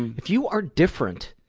if you are different,